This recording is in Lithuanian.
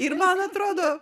ir man atrodo